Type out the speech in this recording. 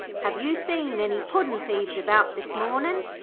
have you seen any puddin'-thieves about this mornin'